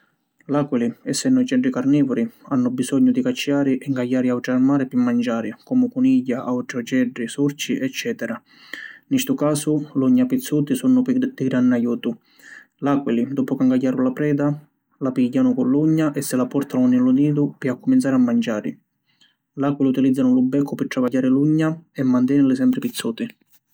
L’àquili, essennu oceddi carnivori, hannu bisognu di cacciari e ncagghiari àutri armali pi manciari, comu cunigghia, àutri oceddi, surci, eccetera. Ni stu casu, l’ugna pizzuti sunnu di granni ajutu. L’àquili, doppu ca ncagghiaru la preda, la pìgghianu cu l’ugna e si la portanu nni lu nidu pi accuminzari a manciari. L’àquili utilìzzanu lu beccu pi travagghiari l’ugna e mantenili sempri pizzuti.